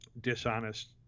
dishonest